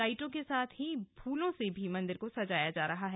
लाइटों के साथ ही फूलों से भी मंदिर को सजाया जा रहा है